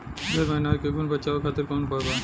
घर में अनाज के घुन से बचावे खातिर कवन उपाय बा?